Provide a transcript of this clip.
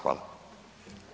Hvala.